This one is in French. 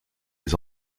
les